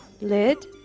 Lid